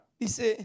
Dice